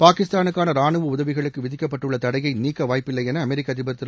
பாகிஸ்தானுக்கான ராணுவ உதவிகளுக்கு விதிக்கப்பட்டுள்ள தடையை நீக்க வாய்ப்பில்லை என அமெரிக்க அதிபர் திரு